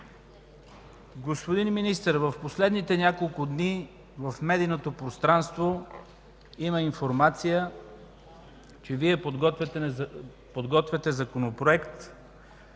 Господин Министър, в последните няколко дни в медийното пространство има информация, че подготвяте Законопроект